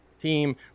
team